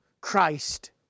Christ